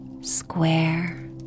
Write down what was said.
square